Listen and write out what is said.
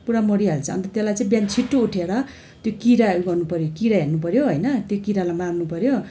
पूरा मरिहाल्छ अन्त त्यसलाई चाहिँ बिहान छिटो उठेर त्यो कीरा ऊ गर्नु पर्यो कीरा हेर्नु पर्यो होइन त्यो कीरालाई मार्नु पर्यो